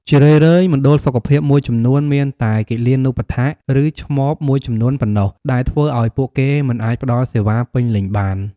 ជារឿយៗ មណ្ឌលសុខភាពមួយចំនួនមានតែគិលានុបដ្ឋាក ឬឆ្មបមួយចំនួនប៉ុណ្ណោះ ដែលធ្វើឱ្យពួកគេមិនអាចផ្តល់សេវាពេញលេញបាន។